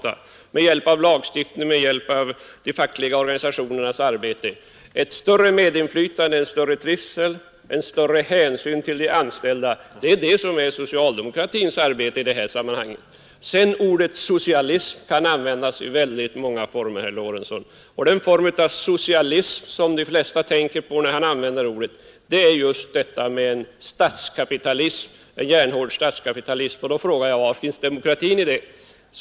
Det skall ske med hjälp av lagstiftning och de fackliga organisationernas arbete. Att uppnå ett större medinflytande, en större trivsel, en större hänsyn till de anställda är socialdemokratins mål i sammanhanget. Ordet socialism kan användas i många former, herr Lorentzon. Den form av socialism som de flesta tänker på när de använder ordet är just en järnhård statskapitalism. Men jag frågar då: Var finns demokratin?